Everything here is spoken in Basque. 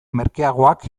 merkeagoak